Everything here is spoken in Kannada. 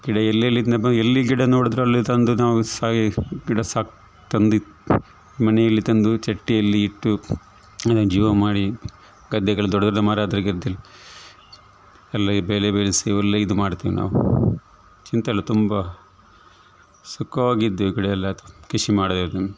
ಗಿಡ ಎಲ್ಲೆಲ್ಲಿಂದ ಬಂದು ಎಲ್ಲಿ ಗಿಡ ನೋಡಿದ್ರು ಅಲ್ಲಿ ತಂದು ನಾವು ಸಾಯಿಸು ಗಿಡ ಸಾಕು ತಂದಿದ್ದು ಮನೆಯಲ್ಲಿ ತಂದು ಚಟ್ಟಿಯಲ್ಲಿ ಇಟ್ಟು ಅದನ್ನು ಜೀವ ಮಾಡಿ ಗದ್ದೆಗಳಲ್ಲಿ ದೊಡ್ಡ ದೊಡ್ಡ ಮರ ಆದರೆ ಗೆದ್ದೆಲಿ ಅಲ್ಲೇ ಬೆಳೆ ಬೆಳೆಸಿ ಒಳ್ಳೆ ಇದು ಮಾಡ್ತೀವಿ ನಾವು ಚಿಂತೆಯಿಲ್ಲ ತುಂಬ ಸುಖವಾಗಿದ್ದೇವು ಗಿಡಯೆಲ್ಲ ತಂದು ಕೃಷಿ ಮಾಡೋದ್ರಿಂದ